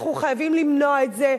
אנחנו חייבים למנוע את זה,